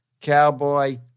cowboy